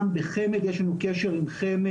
גם בחמד יש לנו קשר עם חמד,